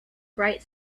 bright